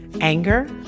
anger